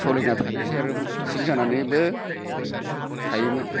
सोलिना थानायसै आरो सिं जानानैबो थायोमोन